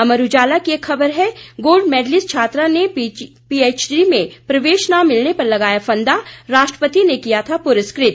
अमर उजाला की एक खबर है गोल्ड मैडलिस्ट छात्रा ने पीएचडी में प्रवेश न मिलने पर लगाया फंदा राष्ट्रपति ने किया था पुरस्कृत